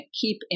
keep